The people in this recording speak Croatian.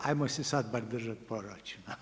Hajmo se sad bar držati proračuna.